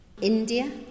India